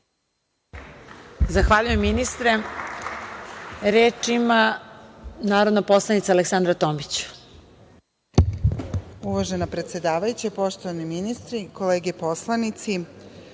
Zahvaljujem, ministre. Reč ima narodna poslanica Aleksandra Tomić.